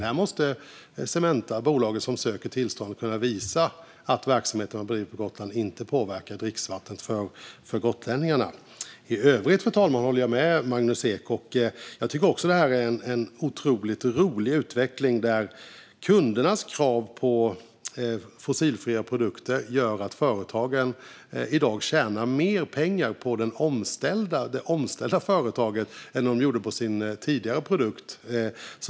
Där måste Cementa, bolaget som söker tillstånd, kunna visa att verksamheten man bedriver på Gotland inte påverkar dricksvattnet för gotlänningarna. I övrigt, fru talman, håller jag med Magnus Ek. Jag tycker också att det är en otroligt rolig utveckling att kundernas krav på fossilfria produkter gör att företagen i dag tjänar mer pengar på den omställda produkten än de gjorde på sin tidigare produkt.